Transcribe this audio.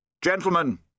gentlemen